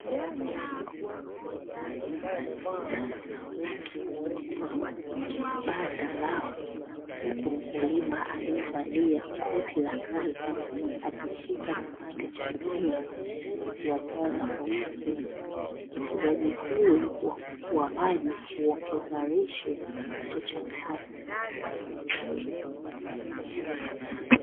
Bata wengi wakiwa nje ya banda lao huku mkulima aliyevalia koti la kazi akishika kipande cha gunia akiwatunza kwa umakini. Ufugaji huu wa kuku wa maji huongeza lishe na kipato cha kaya.